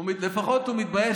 לפחות הוא מתבייש.